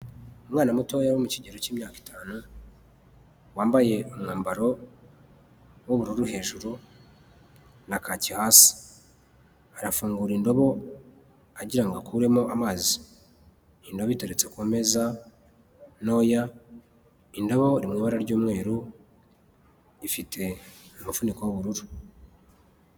Umwana mutoya uri mu kigero k'imyaka itanu, wambaye umwambaro w'ubururu hejuru na kake hasi, arafungura indobo agirango akuremo amazi, indobo iteretse ku meza ntoya, indabo iri mu ibara ry'umweru, ifite umufuniko w'ubururu.